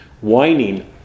whining